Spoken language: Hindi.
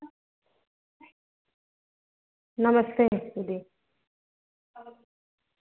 नमस्ते दीदी